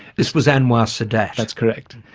this was anwar sadat? that's correct.